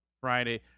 Friday